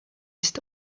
ist